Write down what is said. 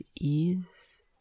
ease